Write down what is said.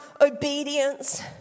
obedience